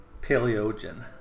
paleogen